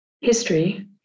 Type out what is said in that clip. history